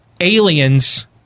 Aliens